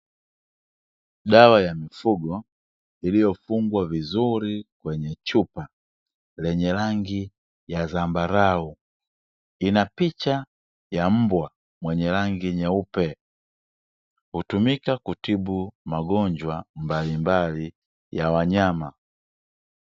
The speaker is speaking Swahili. Dawa ya mifugo iliyofungwa vizuri kwenye chupa lenye rangi ya zambarau, ina picha ya mbwa mwenye rangi nyeupe. Hutumika kutibu magonjwa mbalimbali ya wanyama.